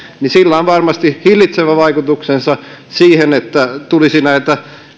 sillä on varmasti hillitsevä vaikutuksensa siihen että tulisi näitä